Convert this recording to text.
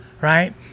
right